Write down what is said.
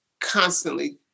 constantly